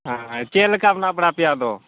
ᱪᱮᱫ ᱞᱮᱠᱟ ᱢᱮᱱᱟᱜ ᱵᱟᱲᱟᱯᱮᱭᱟ ᱟᱫᱚ